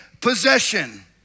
possession